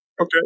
Okay